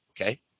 Okay